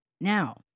Now